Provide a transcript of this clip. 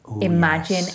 Imagine